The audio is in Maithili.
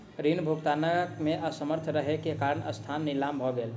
ऋण भुगतान में असमर्थ रहै के कारण संस्थान नीलाम भ गेलै